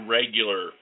regular